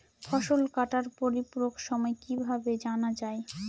ফসল কাটার পরিপূরক সময় কিভাবে জানা যায়?